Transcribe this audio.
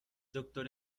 doctor